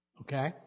Okay